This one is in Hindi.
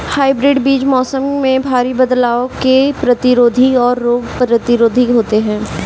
हाइब्रिड बीज मौसम में भारी बदलाव के प्रतिरोधी और रोग प्रतिरोधी होते हैं